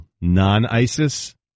non-ISIS